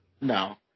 No